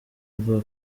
rwa